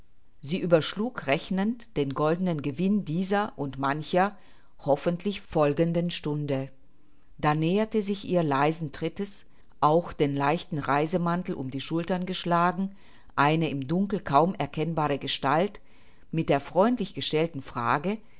sie überschlug rechnend den goldenen gewinn dieser und mancher hoffentlich folgenden stunde da näherte sich ihr leisen trittes auch den leichten reisemantel um die schultern geschlagen eine im dunkel kaum erkennbare gestalt mit der freundlich gestellten frage